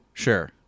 Sure